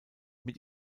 mit